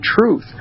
truth